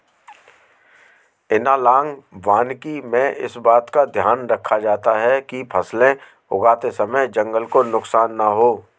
analogue वानिकी में इस बात का ध्यान रखा जाता है कि फसलें उगाते समय जंगल को नुकसान ना हो